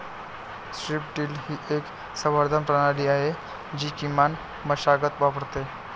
strip till ही एक संवर्धन प्रणाली आहे जी किमान मशागत वापरते